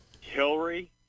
Hillary